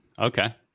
Okay